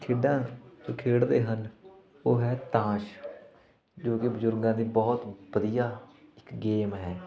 ਖੇਡਾਂ ਖੇਡਦੇ ਹਨ ਉਹ ਹੈ ਤਾਸ਼ ਜੋ ਕਿ ਬਜ਼ੁਰਗਾਂ ਦੀ ਬਹੁਤ ਵਧੀਆ ਗੇਮ ਹੈ